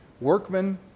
workmen